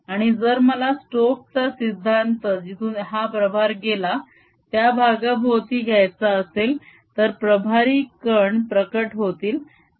आणि जर मला स्तोकचा सिद्धांत Stokes' theorem जिथून हा प्रभार गेला त्या भागाभोवती घ्यायचा असेल तर प्रभारी कण प्रकट होतील